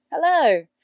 hello